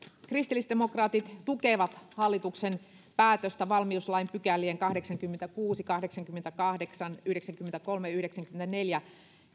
kristillisdemokraatit tukevat hallituksen päätöstä valmiuslain pykälien kahdeksankymmentäkuusi kahdeksankymmentäkahdeksan yhdeksänkymmentäkolme yhdeksänkymmentäneljä